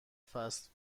فست